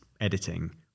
editing